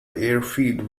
airfield